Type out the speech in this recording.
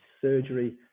surgery